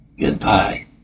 Goodbye